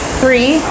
three